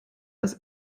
als